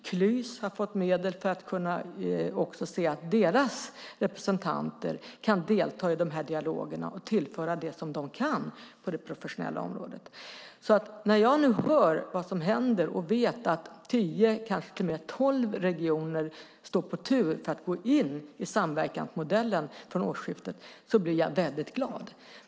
Klys har fått medel så att deras representanter kan delta i de här dialogerna och tillföra det som de kan på det professionella området. När jag nu hör vad som händer och vet att tio, kanske till och med tolv, regioner står på tur för att gå in i samverkansmodellen från årsskiftet blir jag väldigt glad.